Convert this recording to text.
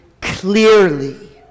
clearly